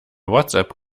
whatsapp